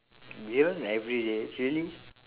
you run everyday really